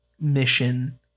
Mission